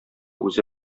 үзе